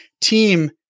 team